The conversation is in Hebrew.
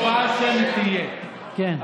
אדוני היושב-ראש, תהיה הצבעה שמית, כן, אוקיי.